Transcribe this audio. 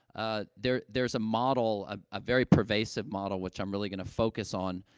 ah, there there's a model, a a very pervasive model, which i'm really going to focus on,